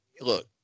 look